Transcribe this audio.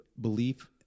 belief